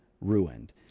ruined